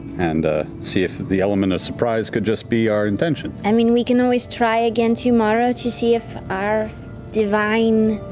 and ah see if the element of surprise could just be our intentions. laura i mean we can always try again tomorrow to see if our divine.